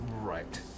Right